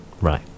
Right